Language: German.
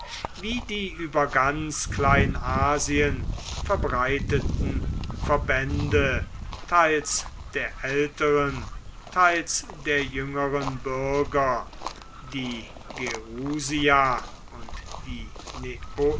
wie die über ganz kleinasien verbreiteten verbände teils der älteren teils der jüngeren bürger die gerusia und die